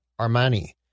Armani